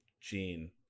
Gene